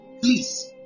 please